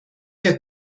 der